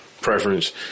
preference